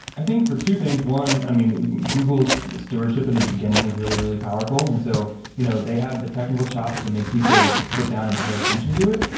i think for two things one, i mean, google's stewardship in the beginning was really, really powerful. and so you know they had the technical chops to make people sit down and pay attention to it.